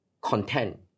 content